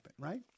right